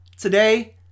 today